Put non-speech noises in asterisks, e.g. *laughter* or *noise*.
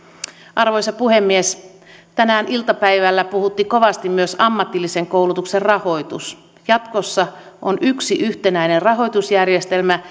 arvoisa puhemies tänään iltapäivällä puhutti kovasti myös ammatillisen koulutuksen rahoitus jatkossa on yksi yhtenäinen rahoitusjärjestelmä *unintelligible*